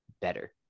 better